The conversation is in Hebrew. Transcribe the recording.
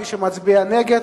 מי שמצביע נגד,